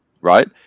right